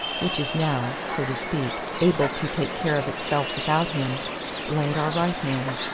which is now, so to speak, able to take care of itself without him lay at our right hand.